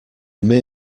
mere